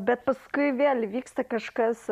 bet paskui vėl įvyksta kažkas